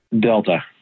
Delta